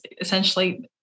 essentially